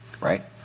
Right